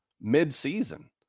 mid-season